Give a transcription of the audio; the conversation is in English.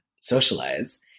socialize